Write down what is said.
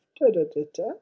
da-da-da-da